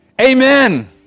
Amen